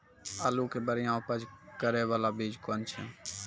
आलू के बढ़िया उपज करे बाला बीज कौन छ?